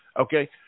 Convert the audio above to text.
Okay